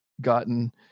gotten